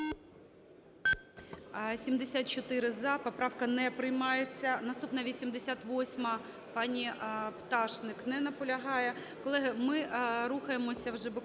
За-74 Поправка не приймається. Наступна - 88-а, пані Пташник. Не наполягає. Колеги, ми рухаємося вже